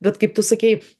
vat kaip tu sakei